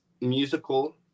musical